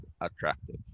attractive